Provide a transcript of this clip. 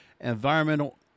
environmental